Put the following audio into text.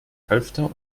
halfter